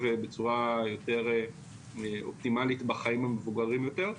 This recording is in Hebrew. בצורה יותר אופטימלית בחיים המבוגרים יותר,